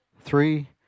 three